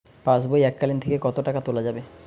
পাশবই এককালীন থেকে কত টাকা তোলা যাবে?